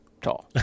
tall